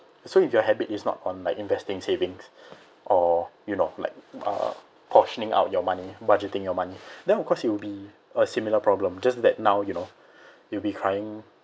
so if your habit is not on like investing savings or you know like uh portioning out your money budgeting your money then of course it will be a similar problem just that now you know you'll be crying